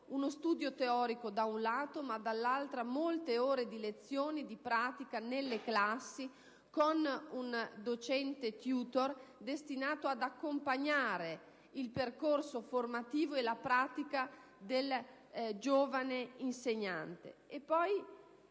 uno studio teorico e, dall'altro, attraverso molte ore di lezione e di pratica nelle classi, con un docente *tutor* destinato ad accompagnare il percorso formativo e la pratica del giovane insegnante.